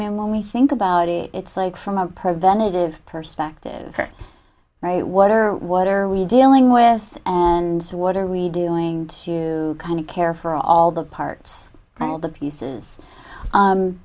mean when we think about it it's like from a preventive perspective right what are what are we dealing with and what are we doing to kind of care for all the parts and all the pieces